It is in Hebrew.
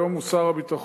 היום הוא שר הביטחון,